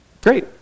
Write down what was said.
great